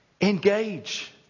Engage